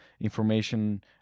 information